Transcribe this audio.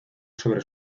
sobre